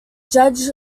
judge